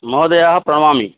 महोदय प्रणमामि